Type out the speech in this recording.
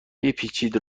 بپیچید